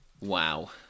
Wow